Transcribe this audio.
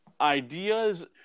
ideas